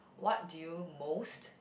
what do you most